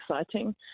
exciting